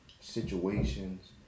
situations